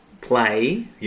play